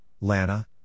Lana